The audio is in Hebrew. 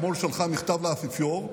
שלחה אתמול מכתב לאפיפיור,